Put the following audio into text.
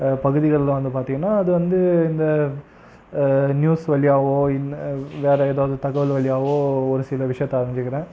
பகுதிகள்லாம் வந்து பார்த்திங்கன்னா அது வந்து இந்த நியூஸ் வழியாகவோ இல்லை வேற ஏதாவது தகவல் வழியாகவோ ஒரு சில விஷயத்தை அறிஞ்சிக்கிறேன்